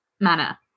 manner